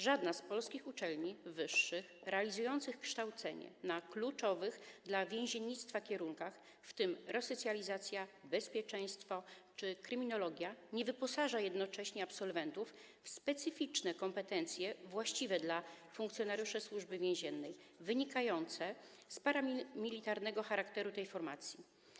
Żadna z polskich uczelni wyższych realizujących kształcenie na kluczowych dla więziennictwa kierunkach, w tym na resocjalizacji, bezpieczeństwie czy kryminologii, nie wyposaża jednocześnie absolwentów w specyficzne kompetencje właściwe dla funkcjonariuszy Służby Więziennej, a wynikające z paramilitarnego charakteru tej formacji.